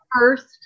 first